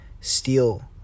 steal